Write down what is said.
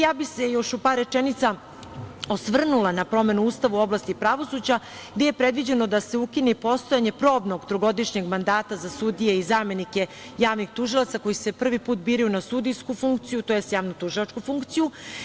Ja bih se još u par rečenica osvrnula na promenu Ustava u oblasti pravosuđa gde je predviđeno da se ukine i postojanje probnog trogodišnjeg mandata za sudije i zamenike javnih tužilaca koji se prvi put biraju na sudijsku funkciju, tj. javnotužilaču funkciju.